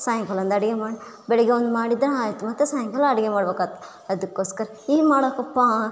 ಸಾಯಂಕಾಲ ಒಂದು ಅಡ್ಗೆ ಮಾಡಿ ಬೆಳಿಗ್ಗೆ ಒಂದು ಮಾಡಿದ್ರೆ ಆಯ್ತು ಮತ್ತೆ ಸಾಯಂಕಾಲ ಅಡುಗೆ ಮಾಡಬೇಕಾತು ಅದಕ್ಕೋಸ್ಕರ ಏನು ಮಾಡ್ಬೇಕಪ್ಪ